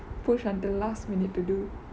push until last minute to do